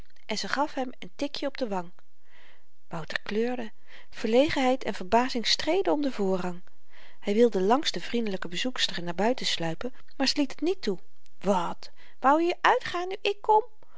en ze gaf hem n tikjen op de wang wouter kleurde verlegenheid en verbazing streden om den voorrang hy wilde langs de vriendelyke bezoekster naar buiten sluipen maar ze liet het niet toe wat wou je uitgaan nu ik kom